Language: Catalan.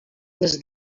les